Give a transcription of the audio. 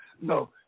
No